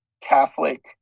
Catholic